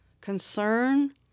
concern